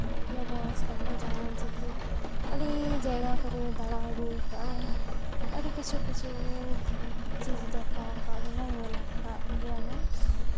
ᱞᱚᱵᱚ ᱦᱟᱸᱥᱫᱟ ᱦᱚᱸ ᱡᱟᱦᱟᱸ ᱪᱤᱠᱤ ᱟᱹᱰᱤ ᱡᱟᱭᱜᱟ ᱠᱚᱨᱮ ᱫᱟᱬᱟ ᱟᱹᱜᱩ ᱟᱠᱟᱫ ᱟᱭ ᱟᱹᱰᱤ ᱠᱤᱪᱷᱩ ᱠᱤᱪᱷᱩ ᱪᱤᱡᱽ ᱫᱮᱠᱷᱟᱣ ᱟᱠᱟᱫ ᱵᱚᱱᱟᱭ ᱧᱮᱞ ᱟᱠᱟᱫ ᱜᱮᱭᱟᱵᱚᱱ